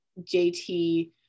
JT